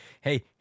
hey